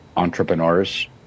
entrepreneurs